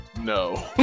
no